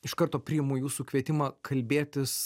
iš karto priimu jūsų kvietimą kalbėtis